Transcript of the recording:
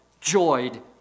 joyed